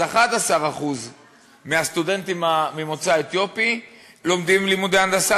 אז 11% מהסטודנטים ממוצא אתיופי לומדים לימודי הנדסה,